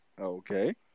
Okay